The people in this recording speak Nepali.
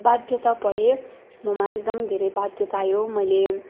बाध्य परेँ ममा एकदम धेरै बाध्यता आयो मैले